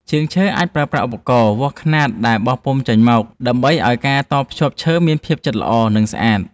ជាងឈើអាចប្រើប្រាស់ឧបករណ៍វាស់ខ្នាតដែលបោះពុម្ពចេញមកដើម្បីធ្វើឱ្យការតភ្ជាប់ឈើមានភាពជិតល្អ និង ស្អាត។